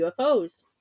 UFOs